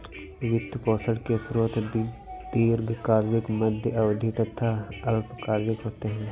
वित्त पोषण के स्रोत दीर्घकालिक, मध्य अवधी तथा अल्पकालिक होते हैं